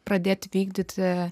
pradėti vykdyti